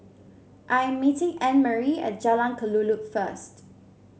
I am meeting Annmarie at Jalan Kelulut first